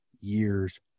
years